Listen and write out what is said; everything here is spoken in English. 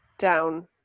down